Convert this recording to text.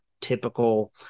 typical –